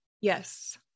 Yes